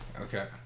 Okay